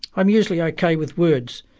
i'm usually ok with words,